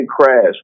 crash